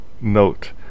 note